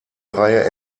reihe